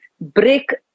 break